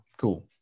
cool